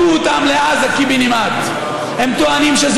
אני לא מצליחה לעכל כיצד אנשים מוכנים לשדוד